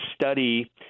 study